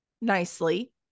nicely